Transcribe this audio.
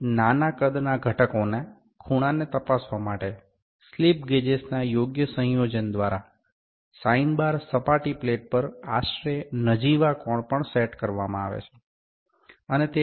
તેથી નાના કદના ઘટકોના ખૂણાને તપાસવા માટે સ્લિપ ગેજેસના યોગ્ય સંયોજન દ્વારા સાઈન બાર સપાટી પ્લેટ પર આશરે નજીવા કોણ પર સેટ કરવામાં આવે છે